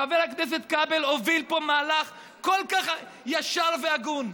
חבר הכנסת כבל הוביל פה מהלך כל כך ישר והגון,